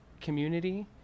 community